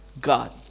God